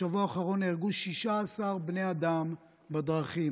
בשבוע האחרון נהרגו 16 בני אדם בדרכים.